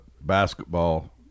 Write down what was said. basketball